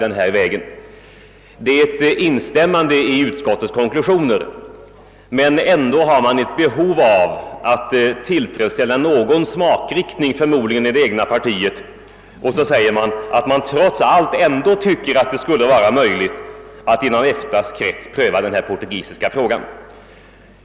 Man instämmer i utskottets konklusioner, men ändå har man förmodligen ett behov av att tillfredsställa någon smakriktning inom det egna partiet, och därför säger man, att man trots allt tycker att dei skulle vara möjligt att inom EFTA:s krets pröva den portugisiska frågan.